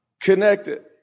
connected